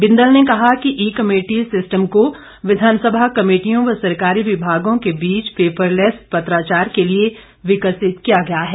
बिंदल ने कहा कि ई कमेटी सिस्टम को विधानसभा कमेटियों व सरकारी विभागों के बीच पेपरलैस पत्राचार के लिए विकसित किया गया है